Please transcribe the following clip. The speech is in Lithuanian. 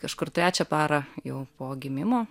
kažkur trečią parą jau po gimimo